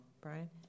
Brian